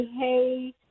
hey